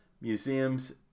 museums